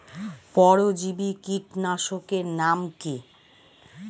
পরজীবী কীটনাশকের নাম কি?